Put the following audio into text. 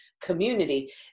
community